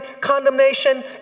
condemnation